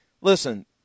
Listen